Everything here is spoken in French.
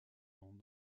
ans